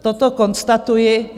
Toto konstatuji.